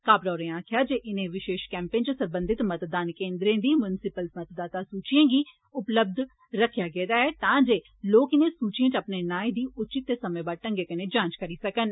काबरा होरें आखेआ जे इनें विशेष कैंपें च सरबंधत मतदान केन्द्रें दी मुंसिपल मतदाता सूचिएं गी उपलब्य रक्खेआ गेदा हा तांजे लोक इनें सूचिएं च अपने नाएं दी उचित ते समेंबद्द ढंग्गै कन्नै जांच करी सकन